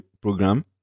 program